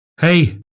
Hey